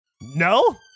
No